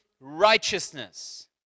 righteousness